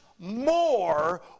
more